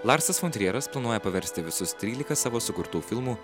larsas fon trieras planuoja paversti visus trylika savo sukurtų filmų